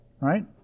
right